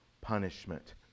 punishment